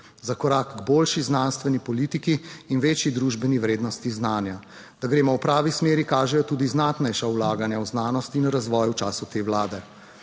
Za korak k boljši znanstveni politiki in večji družbeni vrednosti znanja. Da gremo v pravi smeri, kažejo tudi znatnejša vlaganja v znanost in razvoj v času te vlade.